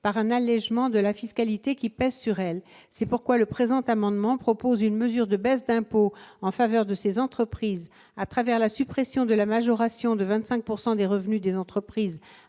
par un allégement de la fiscalité pesant sur elles. C'est pourquoi le présent amendement vise à proposer une mesure de baisse d'impôt en faveur de ces entreprises, à travers la suppression de la majoration de 25 % des revenus des entreprises